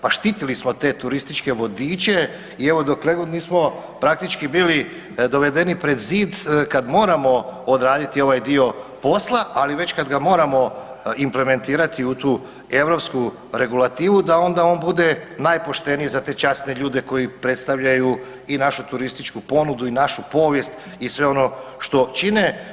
Pa štitili smo te turističke vodiče i evo dokle god nismo praktički bili dovedeni pred zid kad moramo odraditi ovaj dio posla, ali već kad ga moramo implementirati u tu europsku regulativu da onda on bude najpošteniji za te časne ljude koji predstavljaju i našu turističku ponudu i našu povijest i sve ono što čine.